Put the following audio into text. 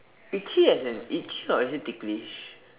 itchy as in itchy or is it ticklish